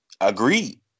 Agreed